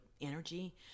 energy